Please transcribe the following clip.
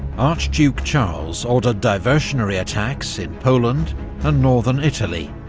archduke charles ordered diversionary attacks in poland and northern italy,